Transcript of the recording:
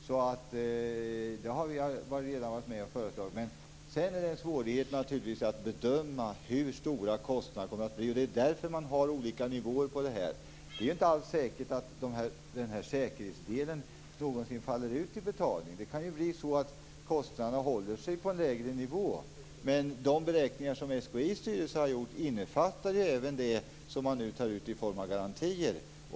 Sedan är det naturligtvis en svårighet att bedöma hur stora kostnaderna kommer att bli. Det är därför som man har olika nivåer. Det är inte alls säkert att denna säkerhetsdel någonsin faller ut till betalning. Kostnaderna kanske kommer att hålla sig på en lägre nivå. Men de beräkningar som SKI:s styrelse har gjort innefattar även det som man tar ut i form av garantier.